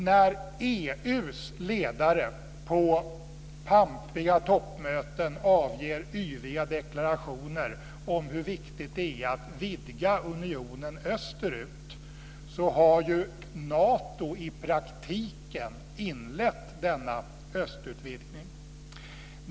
När EU:s ledare på pampiga toppmöten avger yviga deklarationer om hur viktigt det är att vidga unionen österut har Nato i praktiken inlett denna östutvidgning.